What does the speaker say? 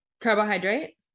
Carbohydrate